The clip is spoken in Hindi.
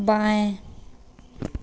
दाएं